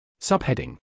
Subheading